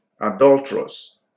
adulterous